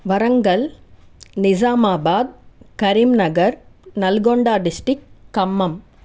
Warangal Nizamabad Karimnagar Nalgonda district Khammam